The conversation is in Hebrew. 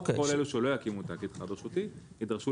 כל אלה שלא יקימו תאגיד חד-רשותי ידרשו